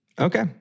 okay